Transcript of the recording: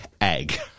egg